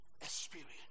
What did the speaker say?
experience